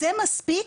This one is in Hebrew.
זה מספיק?